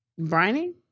Briny